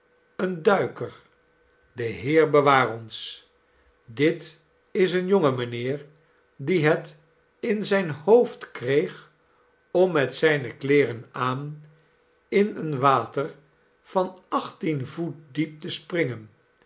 een duiker de heer bewaar ons dit is een jongen mijnheer die het in zijn hoofd kreeg om met zijne kleeren aan in een water van achttien voet diep te springen